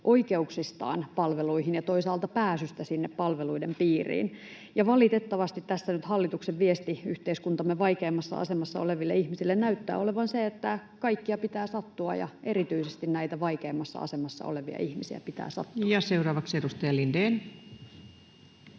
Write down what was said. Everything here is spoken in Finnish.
oikeuksista palveluihin ja toisaalta pääsystä sinne palveluiden piiriin, ja valitettavasti tässä nyt hallituksen viesti yhteiskuntamme vaikeimmassa asemassa oleville ihmisille näyttää olevan se, että kaikkia pitää sattua ja erityisesti näitä vaikeimmassa asemassa olevia ihmisiä pitää sattua. [Speech 70]